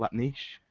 like niche?